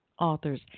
authors